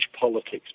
politics